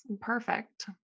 perfect